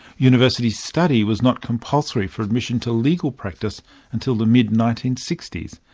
university study was not compulsory for admission to legal practice until the mid nineteen sixty s.